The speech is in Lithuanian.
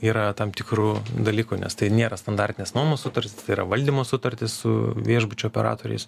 yra tam tikrų dalykų nes tai niera standartinės nuomos sutartys tai yra valdymo sutartys su viešbučio operatoriais